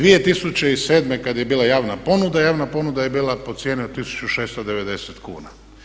2007. kada je bila javna ponuda, javna ponuda je bila po cijeni od 1690 kuna.